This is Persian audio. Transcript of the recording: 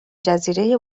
جزیره